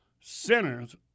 sinners